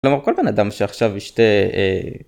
כל בן אדם שעכשיו ישתה...